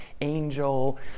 angel